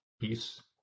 Peace